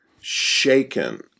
shaken